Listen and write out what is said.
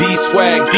D-swag